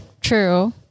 True